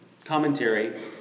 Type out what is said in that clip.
Commentary